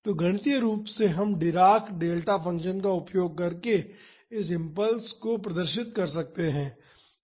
तो गणितीय रूप से हम डिराक डेल्टा फ़ंक्शन का उपयोग करके इस इम्पल्स को प्रदर्शित कर सकते हैं